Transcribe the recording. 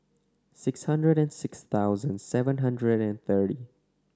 six hundred and six thousand seven hundred and thirty